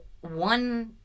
one